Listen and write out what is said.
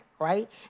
right